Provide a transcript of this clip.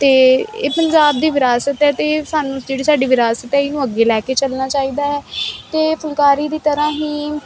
ਤੇ ਇਹ ਪੰਜਾਬ ਦੀ ਵਿਰਾਸਤ ਹੈ ਤੇ ਸਾਨੂੰ ਜਿਹੜੀ ਸਾਡੀ ਵਿਰਾਸਤ ਹ ਇਹਨੂੰ ਅੱਗੇ ਲੈ ਕੇ ਚੱਲਣਾ ਚਾਹੀਦਾ ਹੈ ਤੇ ਫੁਲਕਾਰੀ ਦੀ ਤਰ੍ਹਾਂ ਹੀ